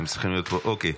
--- אוקיי.